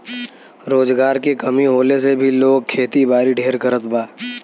रोजगार के कमी होले से भी लोग खेतीबारी ढेर करत बा